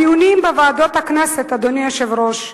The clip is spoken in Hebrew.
הדיונים בוועדות הכנסת, אדוני היושב-ראש,